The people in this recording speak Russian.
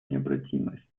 необратимости